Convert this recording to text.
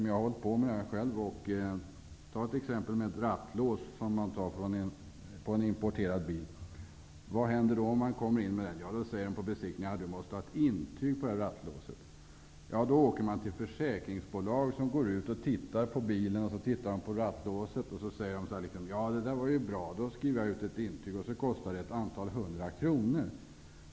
Jag har hållit på med det här själv och kan ta som exempel ett rattlås på en importerad bil. Vad händer om jag kommer in till bilbesiktningen med det? Jo, det ställs krav att ett intyg för rattlåset skall utfärdas. Jag får åka till ett försäkringsbolag, där man ser på bilen och på rattlåset och säger att det ser bra ut. Sedan skrivs ett intyg, som kostar ett antal hundra kronor.